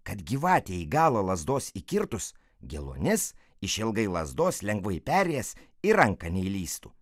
kad gyvatė į galą lazdos įkirtus geluonis išilgai lazdos lengvai perėjęs į ranką neįlįstų